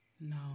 No